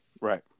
Right